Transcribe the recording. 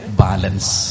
balance